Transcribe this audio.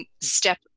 step